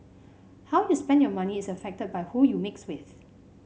how you spend your money is affected by who you mix with